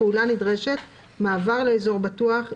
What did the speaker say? "פעולה נדרשת" מעבר לאזור בטוח,